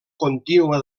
contínua